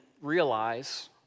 realize